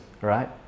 right